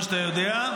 כמו שאתה יודע.